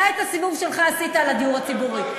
את הסיבוב שלך עשית על הדיור הציבורי.